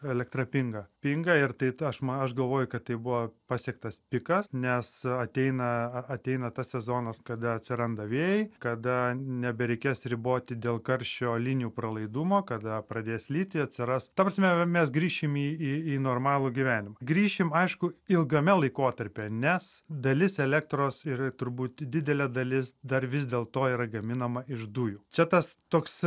elektra pinga pinga ir tai ta aš ma aš galvoju kad tai buvo pasiektas pikas nes ateina ateina tas sezonas kada atsiranda vėjai kada nebereikės riboti dėl karščio linijų pralaidumo kada pradės lyti atsiras ta prasme mes grįšim į į į normalų gyvenimą grįšime aišku ilgame laikotarpyje nes dalis elektros ir turbūt didelė dalis dar vis dėlto yra gaminama iš dujų čia tas toks